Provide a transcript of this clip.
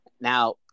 Now